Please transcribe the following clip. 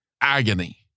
agony